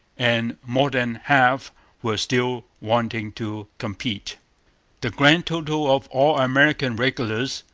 and more than half were still wanting to complete the grand total of all american regulars,